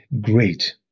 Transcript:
great